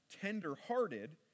tender-hearted